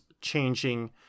changing